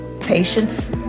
Patience